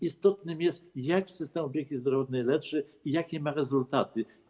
Istotne jest, jak system opieki zdrowotnej leczy i jakie ma rezultaty.